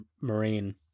Marine